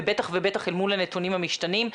ובטח ובטח אל מול הנתונים המשתנים.